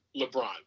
LeBron